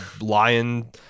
Lion